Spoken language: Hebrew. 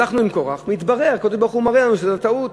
הלכנו עם קורח, ומתברר שזאת טעות.